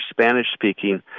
Spanish-speaking